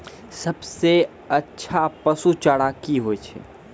सबसे अच्छा पसु चारा की होय छै?